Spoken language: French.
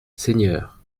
seigneur